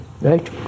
Right